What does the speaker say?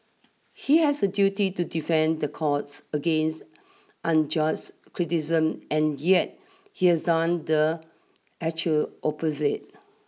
he has a duty to defend the courts against unjust criticism and yet he has done the actual opposite